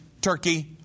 Turkey